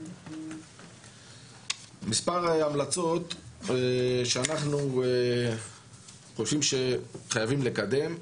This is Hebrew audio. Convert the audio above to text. מספר המלצות שאנחנו חושבים שחייבים לקדם,